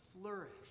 flourish